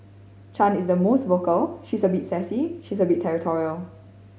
Chan is the most vocal she's a bit sassy she's a bit territorial